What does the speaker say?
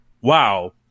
wow